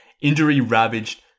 injury-ravaged